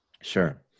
Sure